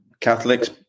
Catholics